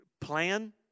plan